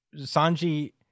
Sanji